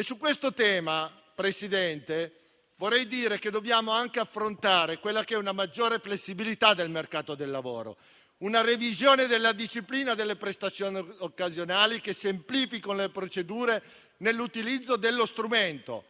Su questo tema, signor Presidente, vorrei dire che dobbiamo anche affrontare una maggiore flessibilità del mercato del lavoro e una revisione della disciplina delle prestazioni occasionali, che semplifichi le procedure nell'utilizzo dello strumento.